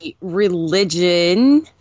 religion –